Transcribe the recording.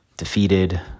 Defeated